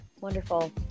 Wonderful